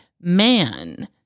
man